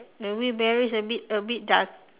the wheel barrow a bit a bit dark